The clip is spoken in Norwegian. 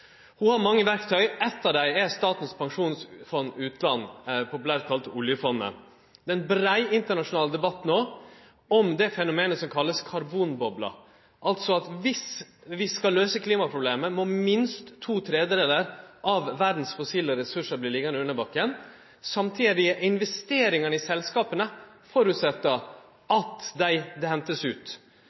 Ho har mange verktøy. Eitt av dei er Statens pensjonsfond utland, populært kalla oljefondet. Det er no ein brei internasjonal debatt om det fenomenet som vert kalla karbonbobla – at skal vi løyse klimaproblemet, må minst to tredjedelar av verdas fossile ressursar verte liggjande under